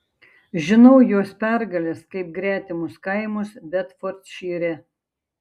žinau jos pergales kaip gretimus kaimus bedfordšyre